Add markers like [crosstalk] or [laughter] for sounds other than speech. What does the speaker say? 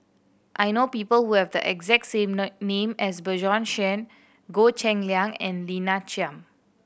I know people who have the exact same [unintelligible] name as Bjorn Shen Goh Cheng Liang and Lina Chiam